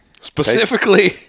Specifically